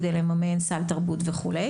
כדי לממן סל תרבות וכו'.